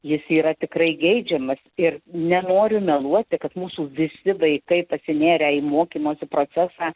jis yra tikrai geidžiamas ir nenoriu meluoti kad mūsų visi vaikai pasinėrę į mokymosi procesą